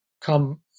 come